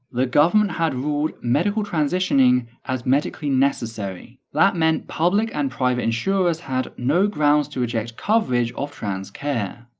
the government had ruled medical transitioning as medically necessary. that meant public and private insurers had no grounds to reject coverage of trans care.